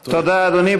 תודה, אדוני.